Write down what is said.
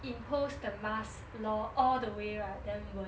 imposed the mask lor all the way right then won't